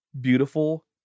beautiful